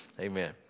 Amen